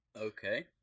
Okay